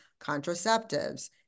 contraceptives